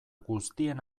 guztien